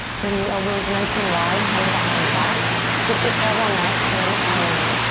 bring the elbows nice and wide, hands behind the back. scoop the tailbone up, inhale in.